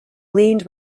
leaned